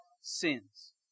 sins